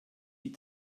die